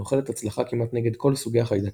הנוחלת הצלחה כמעט נגד כל סוגי החיידקים,